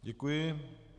Děkuji.